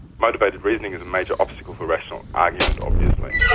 motivated reasoning is a major obstacle for rational argument, obviously.